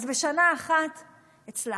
אז בשנה אחת הצלחתי,